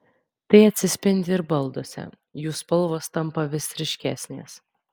tai atsispindi ir balduose jų spalvos tampa vis ryškesnės